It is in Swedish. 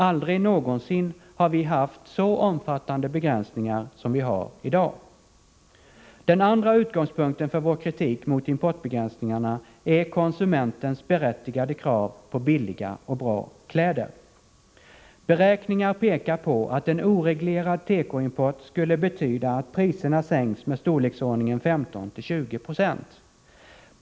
Aldrig någonsin har vi haft så omfattande begränsningar som vi har i dag. Den andra utgångspunkten för vår kritik mot importbegränsningarna är konsumentens berättigade krav på billiga och bra kläder. Beräkningen pekar på att en oreglerad tekoimport skulle betyda att priserna sänks ca 15-20 90.